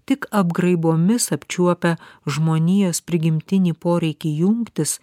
tik apgraibomis apčiuopę žmonijos prigimtinį poreikį jungtis